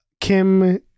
Kim